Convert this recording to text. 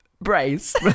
brace